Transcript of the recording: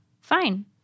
Fine